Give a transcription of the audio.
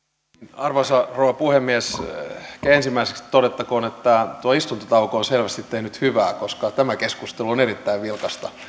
arvoisa rouva puhemies ehkä ensimmäiseksi todettakoon että tuo istuntotauko on selvästi tehnyt hyvää koska tämä keskustelu on erittäin vilkasta